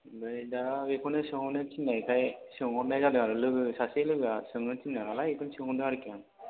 ओमफ्राय दा बेखौनो सोंहरनो थिननायखाय सोंहरनाय जादों आरो लोगो सासे लोगोआ सोंनो थिन्दों नालाय बेखौनो सोंदों आरो आं